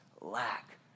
lack